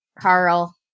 Carl